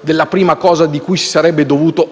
della prima cosa di cui si sarebbe dovuto